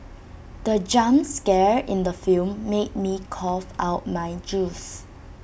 the jump scare in the film made me cough out my juice